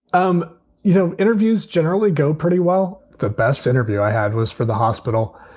um you know, interviews generally go pretty well. the best interview i had was for the hospital